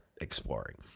exploring